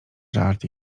żart